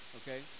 okay